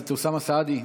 סעדי.